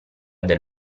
del